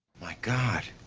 my god,